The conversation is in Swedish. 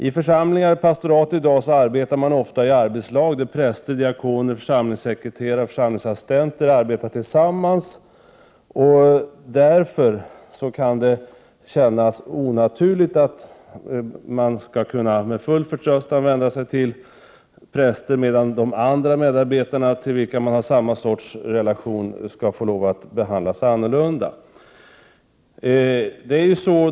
I församlingar och pastorat arbetar man i dag ofta i arbetslag. Präster, diakoner, församlingssekreterare och församlingsassistenter arbetar tillsammans. Därför kan det kännas onaturligt att man med full förtröstan skall kunna vända sig till präster, medan de andra medarbetarna, till vilka man har samma sorts relation, skall behandlas annorlunda.